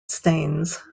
stains